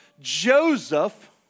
Joseph